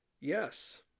yes